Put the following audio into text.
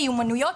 מיומנויות